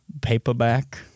paperback